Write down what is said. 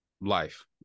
life